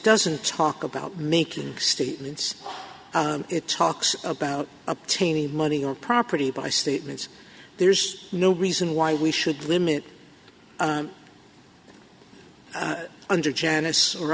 doesn't talk about making statements it talks about obtaining money or property by statements there's no reason why we should limit under janice or